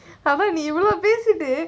bava நீஇவ்ளோபேசிட்டு: ni ivvalao pesitu